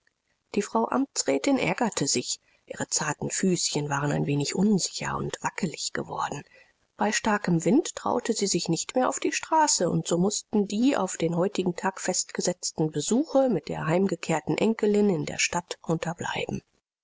die frau amtsrätin ärgerte sich ihre zarten füßchen waren ein wenig unsicher und wackelig geworden bei starkem wind traute sie sich nicht mehr auf die straße und so mußten die auf den heutigen tag festgesetzten besuche mit der heimgekehrten enkelin in der stadt unterbleiben